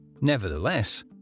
Nevertheless